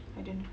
I don't know